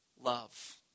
love